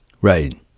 Right